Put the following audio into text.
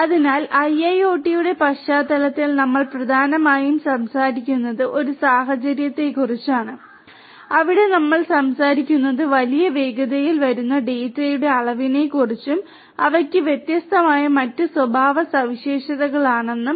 അതിനാൽ ഐഐഒടിയുടെ പശ്ചാത്തലത്തിൽ നമ്മൾ പ്രധാനമായും സംസാരിക്കുന്നത് ഒരു സാഹചര്യത്തെക്കുറിച്ചാണ് അവിടെ നമ്മൾ സംസാരിക്കുന്നത് വലിയ വേഗതയിൽ വരുന്ന ഡാറ്റയുടെ അളവിനെക്കുറിച്ചും അവയ്ക്ക് വ്യത്യസ്തമായ മറ്റ് സ്വഭാവസവിശേഷതകളാണെന്നും